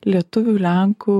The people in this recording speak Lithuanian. lietuvių lenkų